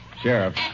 Sheriff